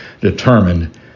determined